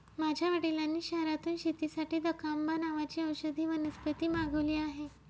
माझ्या वडिलांनी शहरातून शेतीसाठी दकांबा नावाची औषधी वनस्पती मागवली आहे